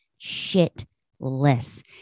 shitless